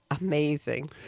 amazing